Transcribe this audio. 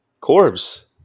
Corbs